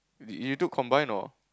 did you took combined or